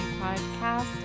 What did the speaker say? Podcast